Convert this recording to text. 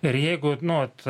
ir jeigu nu vat